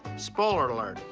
spoiler alert,